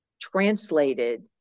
translated